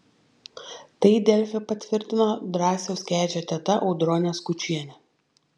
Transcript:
tai delfi patvirtino drąsiaus kedžio teta audronė skučienė